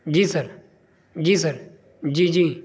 جی sir جی sir جی جی